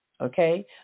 Okay